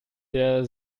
der